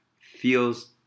feels